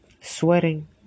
Sweating